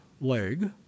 leg